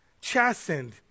chastened